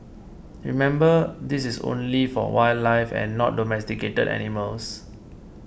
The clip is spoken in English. remember this is only for wildlife and not domesticated animals